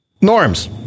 Norms